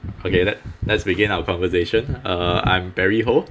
okay let let's begin our conversation uh I'm Barry Ho